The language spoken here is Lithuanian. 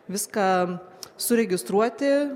viską suregistruoti